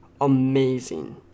amazing